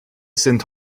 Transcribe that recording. sind